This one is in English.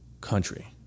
country